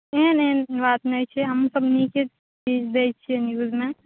नहि नहि एहन बात नहि छै हमसभ नीके चीज दैत छियै न्यूजमे